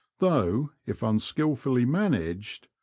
though, if unskilfully managed,